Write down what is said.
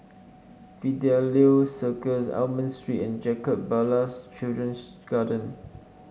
Fidelio Circus Almond Street and Jacob Ballas Children's Garden